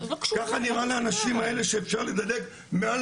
ככה נראה לאנשים האלה שאפשר לדלג מעל